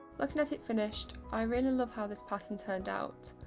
looking at it finished, i really love how this pattern turned out.